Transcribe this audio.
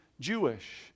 Jewish